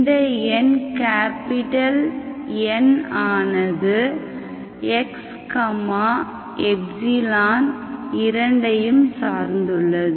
இந்த எண் Nஆனது xε இரண்டையும் சார்ந்துள்ளது